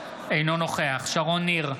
אינו נוכח שרון ניר,